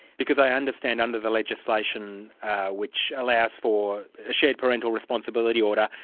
because i understand under the legislation which allows for a shared parental responsibility order,